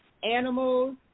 animals